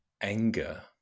anger